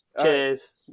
Cheers